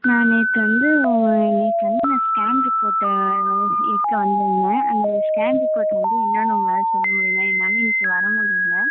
நான் நேற்று வந்து நேற்று வந்து நான் ஸ்கேன் ரிப்போர்ட்டை எடுக்க வந்திருந்தேன் அந்த ஸ்கேன் ரிப்போர்ட் வந்து என்னான்னு உங்களால் சொல்ல முடியுமா என்னால் இன்னிக்கு வர முடியல